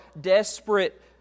desperate